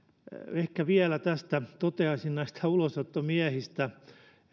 ehkä vielä toteaisin näistä ulosottomiehistä